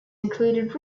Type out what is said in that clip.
included